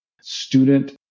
student